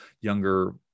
younger